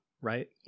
right